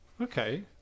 Okay